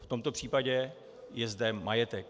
V tomto případě je zde majetek.